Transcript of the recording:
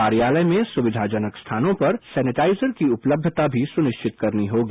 कार्यालय में सुविधाजनक स्थानों पर सैनिटाइजर की सुविधा उपलब्धता भी सुनिश्चित करनी होगी